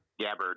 Gabbard